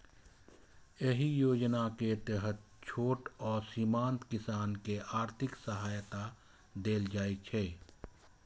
एहि योजना के तहत छोट आ सीमांत किसान कें आर्थिक सहायता देल जाइ छै